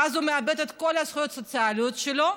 ואז הוא מאבד את כל הזכויות הסוציאליות שלו,